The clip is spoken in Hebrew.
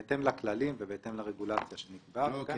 ברור.